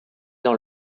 dans